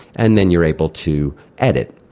and then you're able to edit.